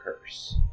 curse